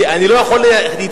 אני לא יכול להתחייב,